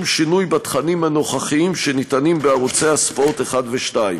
שינוי בתכנים הנוכחיים שניתנים בערוצי ספורט 1 ו-2.